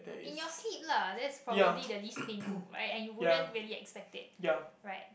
in your hip lah that's probably the least painful and and you wouldn't really expect it right